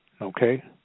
okay